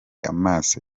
amaso